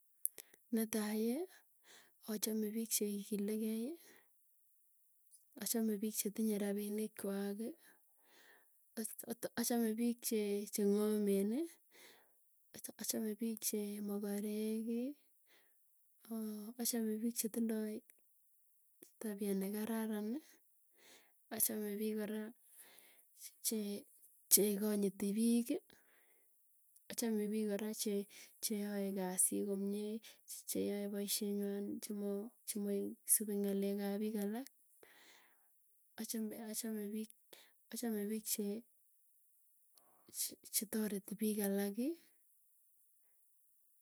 Netai achame piik cheikilikei, achame piik chetinye rapinikkwaki, achameme piik chenmg'ameni. Achame piik che makoreki, achame piik chetindoi tapia nekararani achame piiik kora, che kanyiti piik achame piik kora cheae kasii komie cheae poisyenywan chema chemaisupi ng'alek ap piik alak. Achame achame piik, che che tareti piik alaki.